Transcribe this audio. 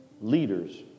leaders